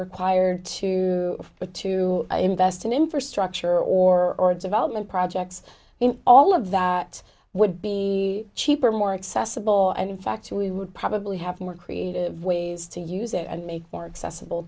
required to to invest in infrastructure or develop and projects in all of that would be cheaper more accessible and in fact we would probably have more creative ways to use it and make more excessi